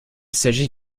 s’agit